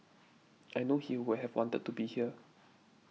I know he would have wanted to be here